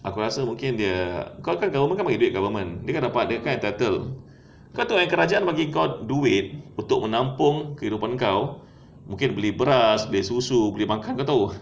aku rasa mungkin dia kau kan government bagi duit dia kan dapat kan entitled kau tahu eh kerajaan bagi kau duit ni duit untuk menampung kehidupan kau mungkin beli beras beli susu beli makan kau tahu